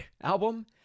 album